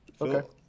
Okay